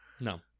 No